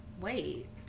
Wait